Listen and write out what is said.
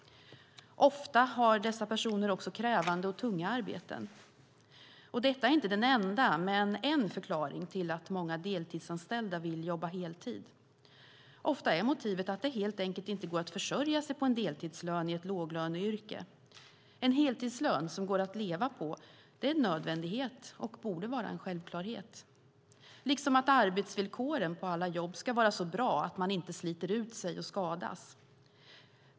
Ofta har dessa personer också krävande och tunga arbeten. Detta är inte den enda men en förklaring till att många deltidsanställda vill jobba heltid. Ofta är motivet att det helt enkelt inte går att försörja sig på en deltidslön i ett låglöneyrke. En heltidslön som det går att leva på är en nödvändighet och borde vara en självklarhet, liksom att arbetsvillkoren på alla jobb ska vara så bra att man inte sliter ut sig och skadas.